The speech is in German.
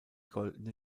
goldene